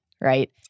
right